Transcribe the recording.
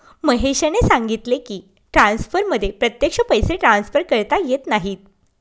महेशने सांगितले की, ट्रान्सफरमध्ये प्रत्यक्ष पैसे ट्रान्सफर करता येत नाहीत